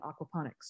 aquaponics